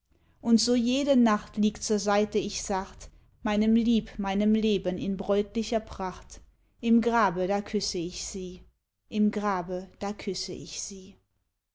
und so jede nacht lieg zur seite ich sacht meinem lieb meinem leben in bräutlicher pracht im grabe da küsse ich sie im grabe da küsse ich sie